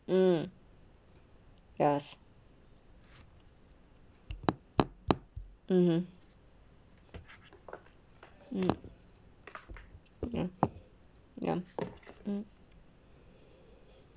((m) yes mmhmm mm okay ya mm